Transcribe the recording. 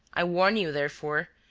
i warn you, therefore,